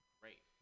great